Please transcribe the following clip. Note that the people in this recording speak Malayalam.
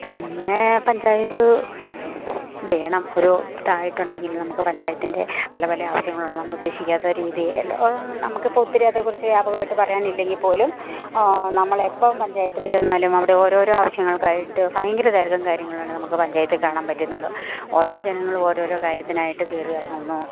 പിന്നെ പഞ്ചായത്ത് വേണം ഒരു ഇതായിട്ടുണ്ടെങ്കിൽ നമുക്ക് പഞ്ചായത്തിൻ്റെ പല പല ആവശ്യങ്ങളുണ്ട് നമ്മൾ ഉദ്ദേശിക്കാത്ത രീതി അല്ല നമുക്കിപ്പം ഒത്തിരിയതേക്കുറിച്ച് വ്യാപകമായിട്ട് പറയാനില്ലെങ്കിൽ പോലും നമ്മളിപ്പം പഞ്ചായത്തിൽ ചെന്നാലും അവിടെ ഓരോരോ ആവശ്യങ്ങൾക്കായിട്ട് ഭയങ്കര തിരക്കും കാര്യങ്ങളാണ് നമുക്ക് പഞ്ചായത്തിൽ കാണാൻ പറ്റുന്നത് ഓരോ ജനങ്ങളും ഓരോരോ കാര്യത്തിനായിട്ട് കയറി ഇറങ്ങുന്നു